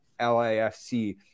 LAFC